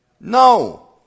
No